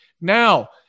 Now